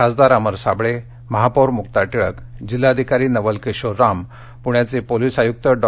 खासदार अमर साबळे महापौर मुका टिळक जिल्हाधिकारी नवल किशोर राम पुणे पोलिस आयुक्त डॉ